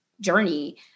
journey